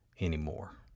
anymore